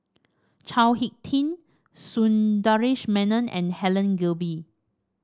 Chao HicK Tin Sundaresh Menon and Helen Gilbey